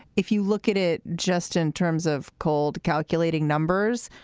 if you look at it just in terms of cold, calculating numbers,